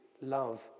Love